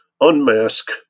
unmask